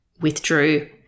withdrew